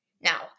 Now